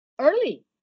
early